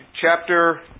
chapter